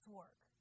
work